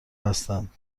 هستند